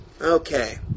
Okay